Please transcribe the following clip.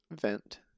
vent